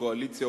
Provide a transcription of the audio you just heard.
קואליציה,